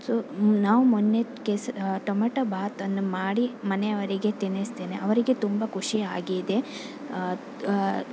so ನಾವು ಮೊನ್ನೆ ಕೇಸ್ ಟೊಮ್ಯಾಟೋ ಭಾತನ್ನು ಮಾಡಿ ಮನೆಯವರಿಗೆ ತಿನ್ನಿಸ್ತೇನೆ ಅವರಿಗೆ ತುಂಬ ಖುಷಿ ಆಗಿದೆ